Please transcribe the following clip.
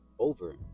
Over